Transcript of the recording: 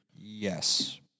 Yes